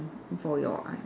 for your aunt